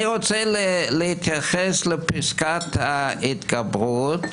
אני רוצה להתייחס לפסקת ההתגברות